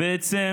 ובעצם